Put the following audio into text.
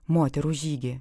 moterų žygį